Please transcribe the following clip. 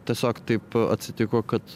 tiesiog taip atsitiko kad